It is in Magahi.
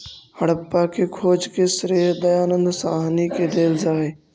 हड़प्पा के खोज के श्रेय दयानन्द साहनी के देल जा हई